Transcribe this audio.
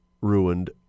ruined